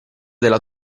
della